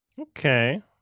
Okay